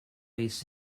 based